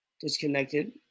Disconnected